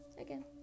again